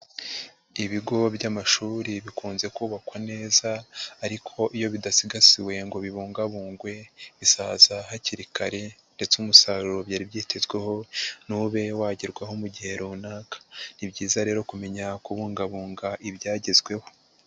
Ibigo by'amashuri bikunze kubakwa neza ariko iyo bidasigasiwe ngo bibungabungwe bisaza hakiri kare ndetse umusaruro byari byitezweho ntube wagerwaho mu gihe runaka. Ni byiza rero kumenya kubungabunga ibyagezweho.